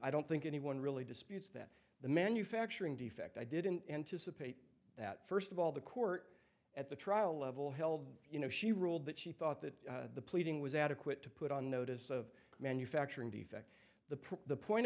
i don't think anyone really disputes that the manufacturing defect i didn't anticipate that first of all the court at the trial level held you know she ruled that she thought that the pleading was adequate to put on notice of manufacturing defect the proof the point